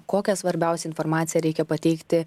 kokią svarbiausią informaciją reikia pateikti